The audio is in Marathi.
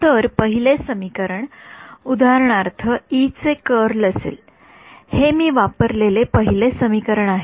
तर पहिले समीकरण उदाहरणार्थ ई चे कर्ल असेल हे मी वापरलेले पहिले समीकरण आहे